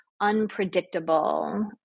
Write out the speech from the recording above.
unpredictable